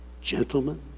Gentlemen